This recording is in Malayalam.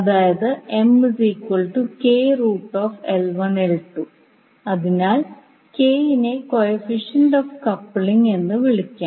അതായത് അതിനാൽ k നെ കോഫിഫിഷ്യന്റ് ഓഫ് കപ്ലിംഗ് എന്ന് വിളിക്കാം